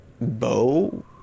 bow